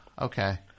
okay